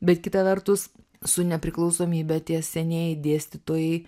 bet kita vertus su nepriklausomybe tie senieji dėstytojai